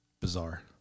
bizarre